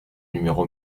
numéro